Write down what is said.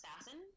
assassin